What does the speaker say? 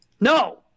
No